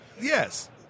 yes